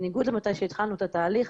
בניגוד למתי שהתחלנו את התהליך,